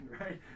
right